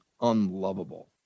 unlovable